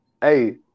hey